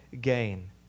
gain